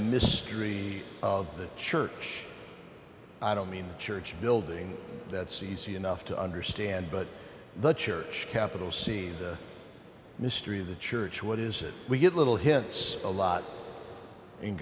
mysteries of the church i don't mean church building that's easy enough to understand but the church capital scene the mystery of the church what is it we get little hints a lot in